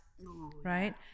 right